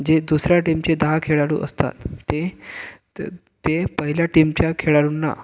जे दुसऱ्या टीमचे दहा खेळाडू असतात ते तर ते पहिल्या टीमच्या खेळाडूंना